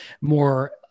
more